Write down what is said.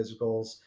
physicals